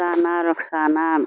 Sana Rukhsana